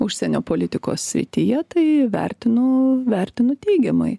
užsienio politikos srityje tai vertinu vertinu teigiamai